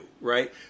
right